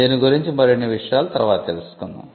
దీని గురించి మరిన్నివిషయాలు తర్వాత తెలుసుకుందాం